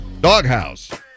Doghouse